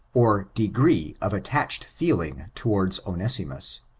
or degree of attached feeling towards onesimus.